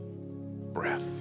breath